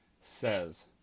says